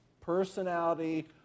Personality